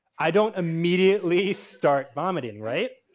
i don't immediately start vomiting, right?